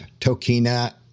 Tokina